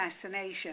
assassination